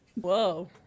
Whoa